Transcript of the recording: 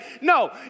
no